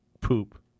Poop